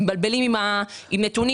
מבלבלים עם נתונים,